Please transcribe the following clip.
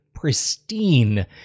pristine